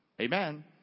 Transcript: Amen